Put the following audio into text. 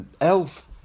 Elf